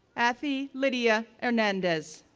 athy lidia hernandez,